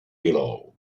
below